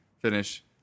finish